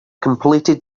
completed